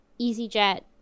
EasyJet